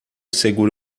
segura